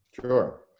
Sure